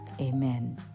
Amen